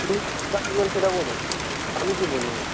আপনি সেটা বলুন আমি কী বলবো